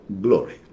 glory